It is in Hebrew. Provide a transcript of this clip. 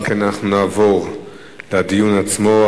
אם כן, אנחנו נעבור לדיון עצמו.